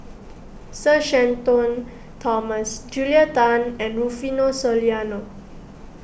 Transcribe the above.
Sir Shenton Thomas Julia Tan and Rufino Soliano